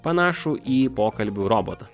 panašų į pokalbių robotą